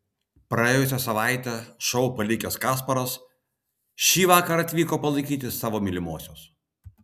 praėjusią savaitę šou palikęs kasparas šįvakar atvyko palaikyti savo mylimosios